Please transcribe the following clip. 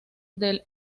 del